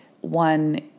one